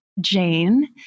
Jane